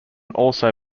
also